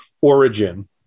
origin